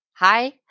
Hi